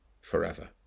forever